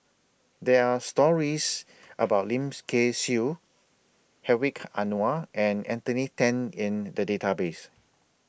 There Are stories about Lim's Kay Siu Hedwig Anuar and Anthony Then in The Database